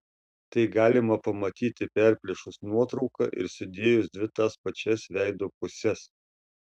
tai galima pamatyti perplėšus nuotrauką ir sudėjus dvi tas pačias veido puses